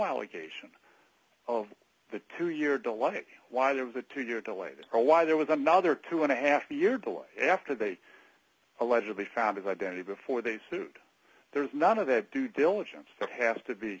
allegation of the two year delay why there was a two year delay or why there was another two and a half year delay after they allegedly found his identity before they sued there's none of that due diligence that has to be